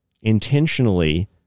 intentionally